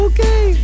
Okay